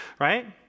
right